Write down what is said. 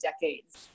decades